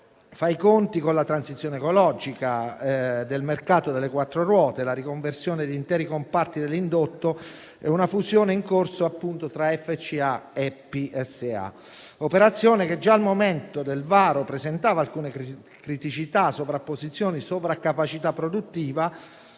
fa i conti con la transizione ecologica del mercato delle quattro ruote, la riconversione di interi comparti dell'indotto e una fusione in corso appunto tra FCA e PSA; operazione che già al momento del varo presentava alcune criticità, sovrapposizioni, sovraccapacità produttiva,